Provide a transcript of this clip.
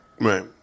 Right